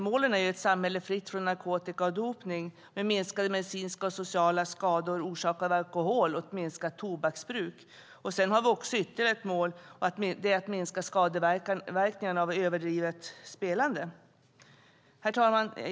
Målen är ett samhälle fritt från narkotika och dopning med minskade medicinska och sociala skador orsakade av alkohol och med ett minskat tobaksbruk samt att minska skadeverkningarna av överdrivet spelande. Herr talman!